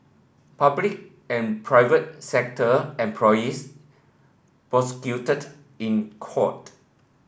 public and private sector employees prosecuted in court